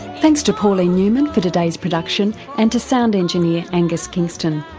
thanks to pauline newman for today's production and to sound engineer angus kingston.